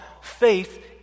faith